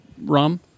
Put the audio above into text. rum